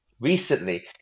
recently